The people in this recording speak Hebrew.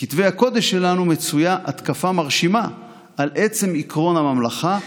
בכתבי הקודש שלנו מצויה התקפה מרשימה על עצם עקרון הממלכה,